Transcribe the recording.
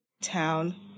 town